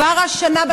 כבר השנה,